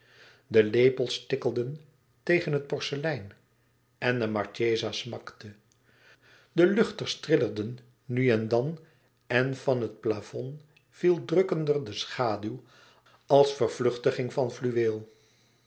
de lepels tikkelden tegen het porcelein en de marchesa smakte de luchters trillerden nu en dan en van het plafond viel drukkender de schaduw als vervluchtiging van fluweel